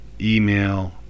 email